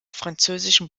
französischem